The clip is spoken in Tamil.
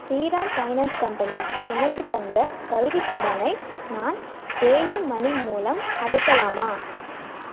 ஸ்ரீராம் ஃபைனான்ஸ் கம்பெனி எனக்கு தந்த கல்விக் கடனை நான் பேயூமனி மூலம் அடைக்கலாமா